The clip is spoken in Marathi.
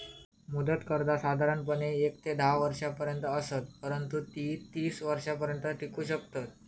मुदत कर्जा साधारणपणे येक ते धा वर्षांपर्यंत असत, परंतु ती तीस वर्षांपर्यंत टिकू शकतत